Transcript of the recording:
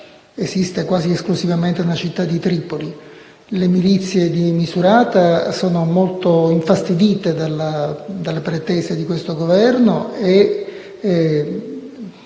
esiste quasi esclusivamente nella città di Tripoli. Le milizie di Misurata sono molto infastidite dalle pretese di quel Governo e